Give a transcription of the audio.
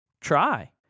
try